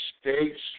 states